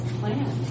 plan